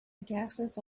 gases